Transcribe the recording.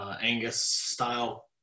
Angus-style